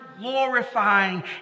glorifying